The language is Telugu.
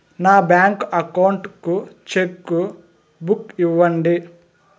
నా బ్యాంకు అకౌంట్ కు చెక్కు బుక్ ఇవ్వండి